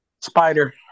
Spider